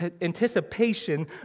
anticipation